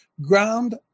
ground